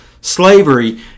slavery